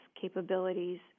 capabilities